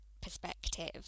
perspective